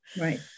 Right